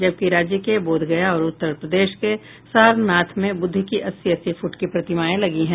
जबकि राज्य के बोधगया और उत्तर प्रदेश के सारनाथ में ब्रद्ध की अस्सी अस्सी फूट की प्रतिमाएं लगी लगी हैं